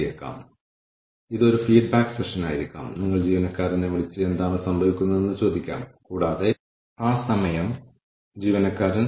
പക്ഷേ നിങ്ങൾ ഇത് നിങ്ങളുടെ ജോലിയിൽ പതിവായി ഉപയോഗിക്കുന്നതിനാൽ നിങ്ങളുടെ സ്ഥാപനത്തിൽ കാര്യങ്ങൾ എങ്ങനെ സംഭവിക്കുന്നു എന്നതിന്റെ ഭാഗമായി ഇത് മാറുന്നു അത് തികച്ചും വ്യത്യസ്തമായ കാര്യമാണ്